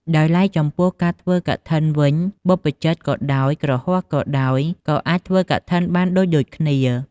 ដោយឡែកចំពោះការធ្វើកឋិនវិញបព្វជិតក៏ដោយ គ្រហស្ថក៏ដោយ ក៏អាចធ្វើកឋិនបានដូចៗគ្នា។